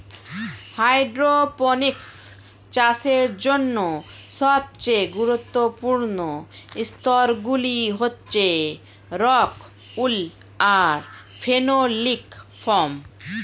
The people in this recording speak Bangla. হাইড্রোপনিক্স চাষের জন্য সবচেয়ে গুরুত্বপূর্ণ স্তরগুলি হচ্ছে রক্ উল আর ফেনোলিক ফোম